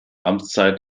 amtszeit